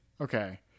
Okay